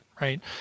right